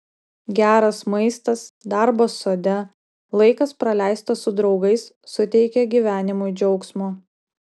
geras maistas darbas sode laikas praleistas su draugais suteikia gyvenimui džiaugsmo